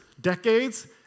decades